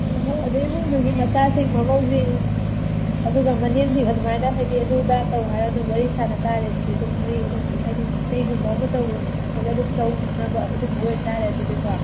ꯎꯝ ꯍꯣꯏ ꯏꯃꯨꯡꯗꯨꯒꯤ ꯃꯆꯥꯁꯤꯡ ꯃꯃꯧꯁꯤꯡ ꯑꯗꯨꯒ ꯃꯅꯦꯝꯁꯤꯡ ꯑꯗꯨꯃꯥꯏꯅ ꯍꯥꯏꯗꯤ ꯑꯗꯨ ꯑꯗꯥ ꯇꯧ ꯍꯥꯏꯔꯒ ꯑꯗꯨꯝ ꯋꯥꯔꯤ ꯁꯥꯟꯅ ꯇꯥꯔꯦ ꯑꯗꯨꯗꯤ ꯑꯗꯨꯝ ꯃꯣꯏ ꯑꯗꯨꯝ ꯍꯥꯏꯗꯤ ꯀꯩꯒꯨꯝꯕ ꯑꯃ ꯇꯧꯔ ꯈꯣꯠꯂꯒ ꯑꯗꯨꯝ ꯇꯧꯅꯕ ꯑꯗꯨꯒꯨꯝꯕ ꯑꯣꯏꯇꯥꯔꯦ ꯑꯗꯨꯗꯤꯀꯣ